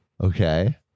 Okay